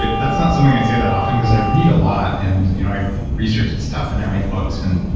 that's not something i say that often because i read a lot, and you know i research stuff and i write books and